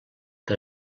que